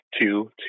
two